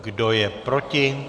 Kdo je proti?